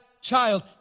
child